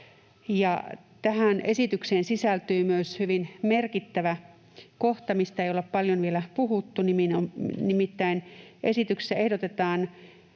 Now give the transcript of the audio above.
tähän esitykseen sisältyy myös hyvin merkittävä kohta, mistä ei olla paljon vielä puhuttu. Nimittäin esityksessä ehdotetaan